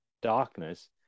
darkness